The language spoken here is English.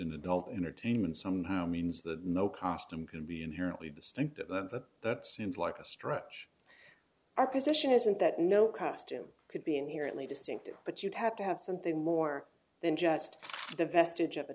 belt entertainment somehow means that no cost and can be inherently distinctive that that seems like a stretch our position isn't that no custom could be inherently distinctive but you'd have to have something more than just the vestige of a